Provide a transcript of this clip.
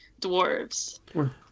dwarves